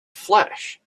flesh